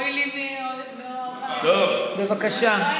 אוי לי מאוהביי, בבקשה.